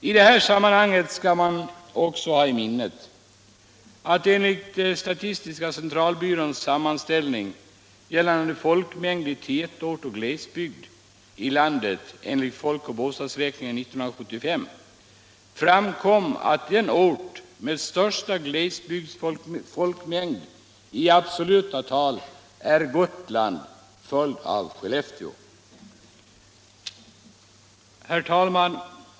I detta sammanhang skall man också ha i minnet att det av statistiska centralbyråns sammanställning över folkmängd i tätorter och glesbygd i landet enligt folk och bostadsräkningen 1975 framkom att den ort som har den största glesbygdsfolkmängden i absoluta tal är Gotland följt av Skellefteå. Herr talman!